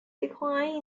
decline